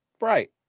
Right